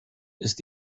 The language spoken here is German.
ist